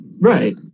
right